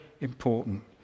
important